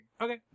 Okay